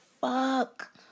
fuck